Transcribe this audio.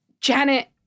Janet